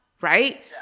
right